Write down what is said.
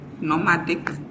nomadic